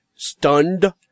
STUNNED